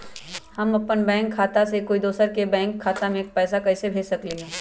हम अपन बैंक खाता से कोई दोसर के बैंक खाता में पैसा कैसे भेज सकली ह?